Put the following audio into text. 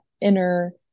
inner